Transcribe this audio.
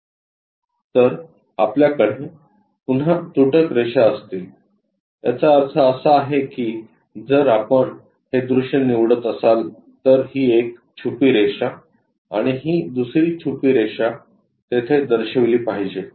तर आपल्याकडे पुन्हा तुटक रेषा असतील याचा अर्थ असा आहे की जर आपण हे दृश्य निवडत असाल तर ही एक छुपी रेषा आणि ही दुसरी छुपी रेषा तेथे दर्शविली पाहिजे